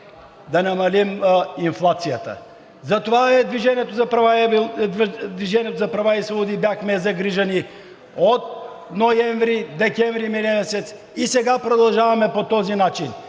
да намалим инфлацията. Затова „Движение за права и свободи“ бяхме загрижени още от месец ноември и декември и сега продължаваме по този начин.